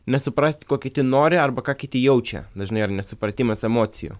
nesuprast ko kiti nori arba ką kiti jaučia dažnai ar nesupratimas emocijų